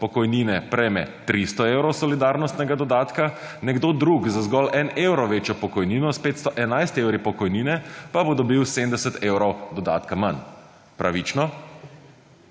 pokojnine prejme 300 evrov solidarnostnega dodatka, nekdo drug za zgolj 1 evrov večjo pokojnino, s 511 evri pokojnine pa bo dobil 70 evrov dodatka manj. Pravično?